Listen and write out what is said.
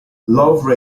love